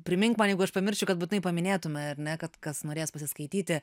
primink man jeigu aš pamiršiu kad būtinai paminėtume ar ne kad kas norės pasiskaityti